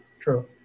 True